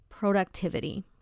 Productivity